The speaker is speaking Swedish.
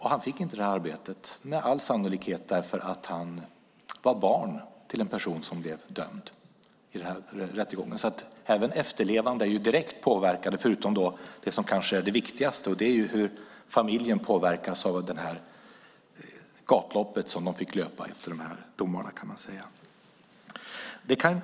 Han fick inte det arbetet, med all sannolikhet därför att han var barn till en person som blev dömd i rättegången. Även efterlevande är direkt påverkade, förutom det som kanske är det viktigaste. Det är hur familjen påverkas av gatloppet de fick löpa efter domarna.